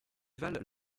valent